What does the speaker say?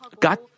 God